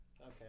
Okay